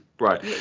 Right